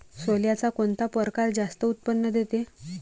सोल्याचा कोनता परकार जास्त उत्पन्न देते?